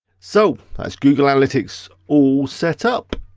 so that's google analytics all set up.